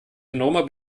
enormer